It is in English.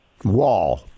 wall